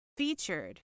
Featured